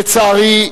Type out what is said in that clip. לצערי,